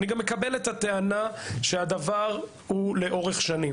מקבל את הטענה שהדבר הוא לאורך שנים,